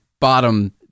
bottom